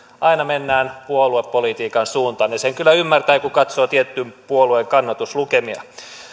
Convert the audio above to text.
aina mennään puoluepolitiikan suuntaan sen kyllä ymmärtää kun katsoo tietyn puolueen kannatuslukemia